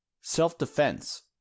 Self-Defense